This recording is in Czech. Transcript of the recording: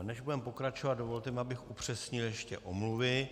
Než budeme pokračovat, dovolte mi, abych upřesnil ještě omluvy.